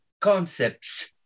concepts